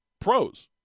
pros